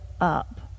up